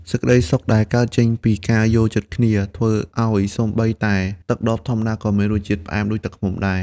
សេចក្តីសុខដែលកើតចេញពីការយល់ចិត្តគ្នា ធ្វើឱ្យសូម្បីតែទឹកដបធម្មតាក៏មានរសជាតិផ្អែមដូចទឹកឃ្មុំដែរ។